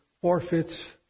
forfeits